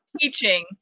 teaching